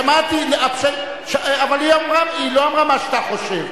שמעתי, אבל היא לא אמרה מה שאתה חושב.